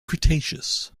cretaceous